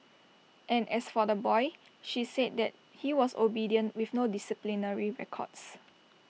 and as for the boy she said that he was obedient with no disciplinary records